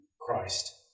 Christ